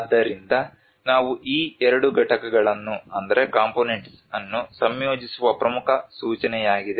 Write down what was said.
ಆದ್ದರಿಂದ ನಾವು ಈ ಎರಡು ಘಟಕಗಳನ್ನು ಸಂಯೋಜಿಸುವ ಪ್ರಮುಖ ಸೂಚನೆಯಾಗಿದೆ